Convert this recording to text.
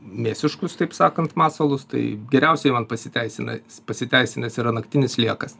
mėsiškus taip sakant masalus tai geriausiai man pasiteisina pasiteisinęs yra naktinis sliekas